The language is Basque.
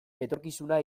etorkizuna